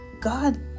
God